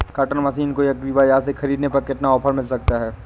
Cutter machine को agri बाजार से ख़रीदने पर कितना ऑफर मिल सकता है?